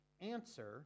answer